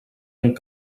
amb